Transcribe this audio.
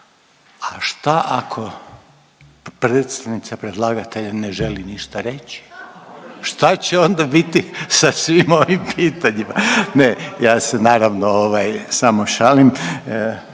A šta ako predstavnica predlagatelja ne želi ništa reći? Šta će onda biti sa svim ovim pitanjima? Ne, ja se naravno ovaj samo šalim,